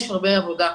יש הרבה עבודה,